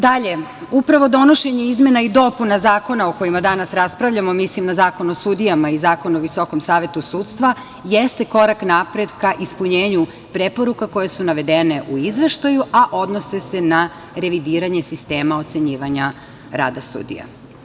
Dalje, upravo donošenje izmena i dopuna zakona o kojima danas raspravljamo, mislim na Zakon o sudijama i Zakon o Visokom savetu sudstva, jeste korak napred ka ispunjenju preporuka koje su navedene u izveštaju, a odnose se na revidiranje sistema ocenjivanja rada sudija.